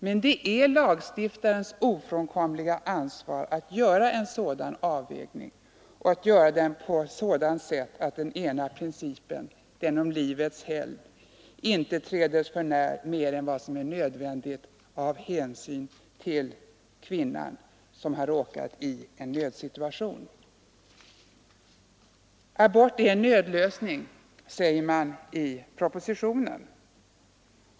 Men det är lagstiftarens ofrånkomliga ansvar att göra en sådan avvägning, och att göra den på sådant sätt att den ena principen — den om livets helgd — inte träds för när mer än vad som är nödvändigt av hänsyn till kvinnan som har råkat i en nödsituation. Abort är en nödlösning, sägs det i propositionen.